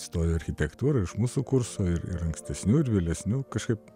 stojo į architektūrą ir iš mūsų kurso ir ir ankstesnių ir vėlesnių kažkaip